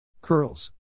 Curls